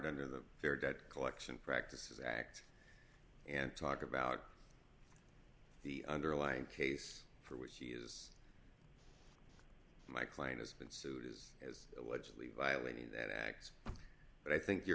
under the fair debt collection practices act and talk about the underlying case for which he is my client has been sued is has allegedly violating that act but i think your